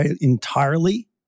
entirely